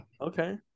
Okay